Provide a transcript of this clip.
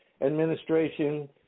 administration